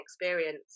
experience